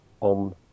on